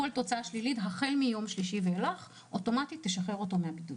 כל תוצאה שלילית החל מהיום השלישי ואילך תשחרר אותו אוטומטית מהבידוד.